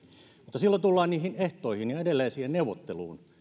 mutta silloin tullaan niihin ehtoihin ja edelleen siihen neuvotteluun